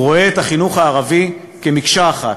הוא רואה את החינוך הערבי כמקשה אחת.